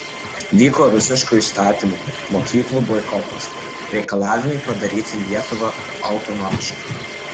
vyko rusiškų įstatymų mokyklų boikotas reikalavimai padaryti lietuvą autonomišką